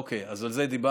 אוקיי, אז על זה דיברנו.